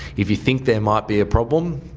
if you think there might be a problem,